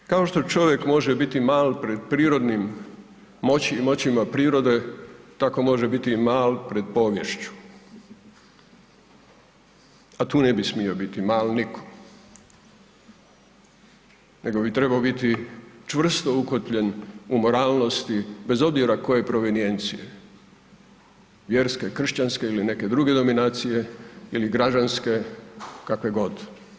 Na kraju kao što čovjek može biti mal pred prirodnim, moćima prirode tako može biti i mal pred poviješću, a tu ne bi smio biti mal nitko nego bi trebao biti čvrsto ukotvljen u moralnosti bez obzira koje provenijencije vjerske, kršćanske ili neke druge dominacije ili građanske kakve god.